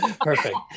Perfect